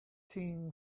from